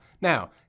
Now